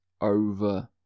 over